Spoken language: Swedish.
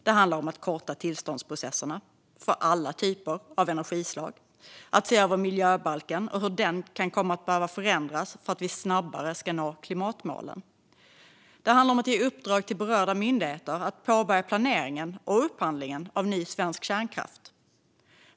Det handlar om att korta tillståndsprocesserna för alla energislag och om att se över miljöbalken och hur den kan behöva förändras för att vi snabbare ska nå klimatmålen. Det handlar om att ge uppdrag till berörda myndigheter att påbörja planeringen och upphandlingen av ny svensk kärnkraft.